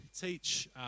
teach